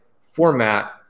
format